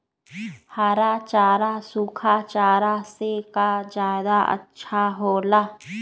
हरा चारा सूखा चारा से का ज्यादा अच्छा हो ला?